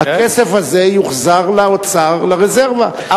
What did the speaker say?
הכסף הזה יוחזר לאוצר לרזרבה.